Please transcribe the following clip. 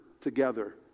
together